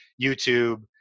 YouTube